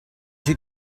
did